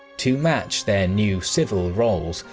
to match their new civil roles,